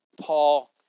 Paul